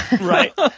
Right